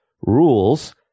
rules